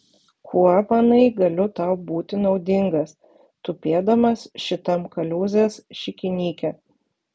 kuo manai galiu tau būti naudingas tupėdamas šitam kaliūzės šikinyke